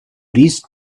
reach